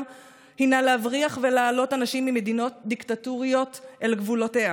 הינה להבריח ולהעלות אנשים ממדינות דיקטטוריות אל גבולותיה,